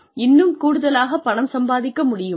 இன்னும் கூடுதலாக பணம் சம்பாதிக்க முடியுமா